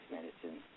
Medicine